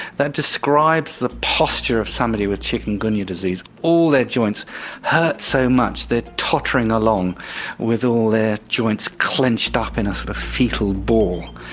that describes the posture of somebody with chikungunya disease. all their joints hurt so much they're tottering along with all their joints clenched up in a sort of foetal ball.